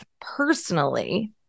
personally